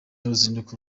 uruzinduko